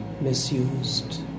misused